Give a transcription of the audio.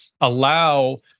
allow